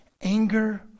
Anger